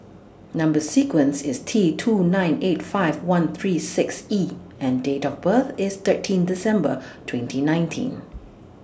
Number sequence IS T two nine eight five one three six E and Date of birth IS thirteen December twenty nineteen